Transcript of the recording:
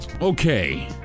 Okay